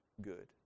good